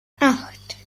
acht